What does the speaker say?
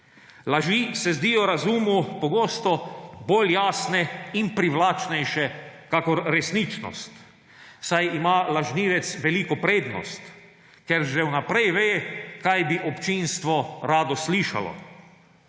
Laži se zdijo razumu pogosto bolj jasne in privlačnejše kakor resničnost, saj ima lažnivec veliko prednost, ker že vnaprej ve, kaj bi občinstvo rado slišalo.